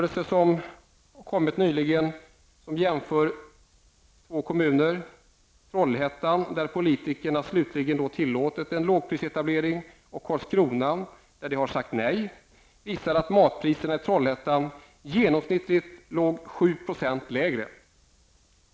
En nyligen gjord jämförelse mellan Trollhättan, där politikerna slutligen tillåtit en lågprisetablering, och Karlskrona, där de har sagt nej, visar att matpriserna i Trollhättan genomsnittligt låg ca 7 % lägre.